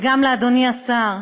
וגם לאדוני השר,